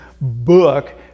book